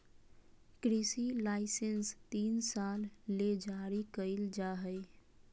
कृषि लाइसेंस तीन साल ले जारी कइल जा हइ